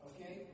Okay